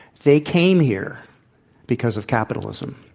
they came here because of capitalism.